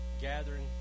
gathering